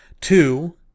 Two